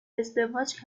ازدواج